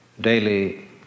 daily